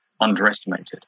underestimated